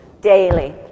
daily